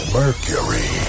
mercury